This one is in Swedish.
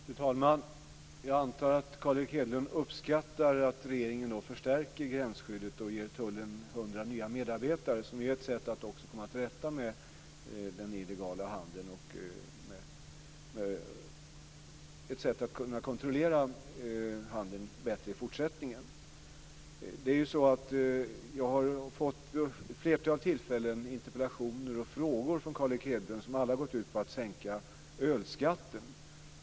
Fru talman! Jag antar att Carl Erik Hedlund uppskattar att regeringen förstärker gränsskyddet och ger tullen 100 nya medarbetare. Det är ett sätt att komma till rätta med den illegala handeln och ett sätt att kontrollera handeln bättre i fortsättningen. Jag har vid ett flertal tillfällen fått interpellationer och frågor från Carl Erik Hedlund som alla har gått ut på att sänka ölskatten.